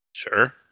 Sure